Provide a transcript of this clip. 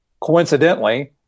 Coincidentally